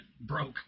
Broke